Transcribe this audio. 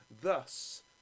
thus